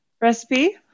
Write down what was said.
recipe